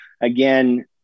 again